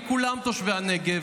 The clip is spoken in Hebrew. כי כולם תושבי הנגב.